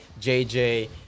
JJ